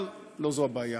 אבל לא זו הבעיה.